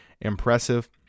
impressive